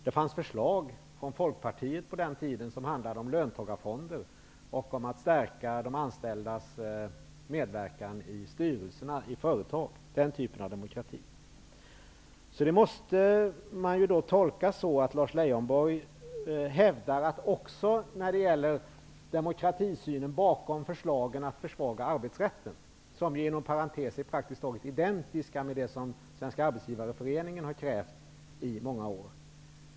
Det fanns på den tiden förslag från Folkpartiet som handlade om löntagarfonder och om att stärka de anställdas medverkan i styrelserna i företag -- den typen av demokrati. Förslagen att försvaga arbetsrätten är inom parentes praktiskt taget identiska med det som Svenska Arbetsgivareföreningen har krävt i många år.